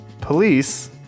Police